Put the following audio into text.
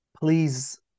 please